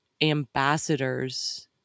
ambassadors